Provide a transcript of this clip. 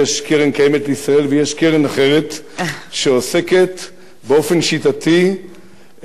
שעוסקת באופן שיטתי בעקירת היהודים מארץ-ישראל.